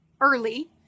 early